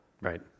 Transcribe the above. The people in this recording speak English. right